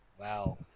Wow